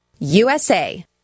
USA